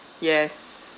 yes